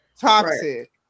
toxic